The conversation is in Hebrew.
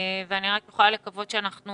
אני רק יכולה לקוות שאנחנו